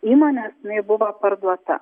įmonės jinai buvo parduota